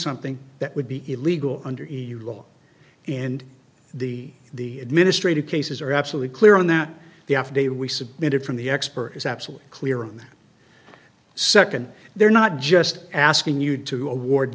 something that would be illegal under the law and the the administrative cases are absolutely clear on that the f d a we submitted from the expert is absolutely clear on second they're not just asking you to award